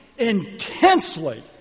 intensely